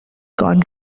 gone